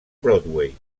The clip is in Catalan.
broadway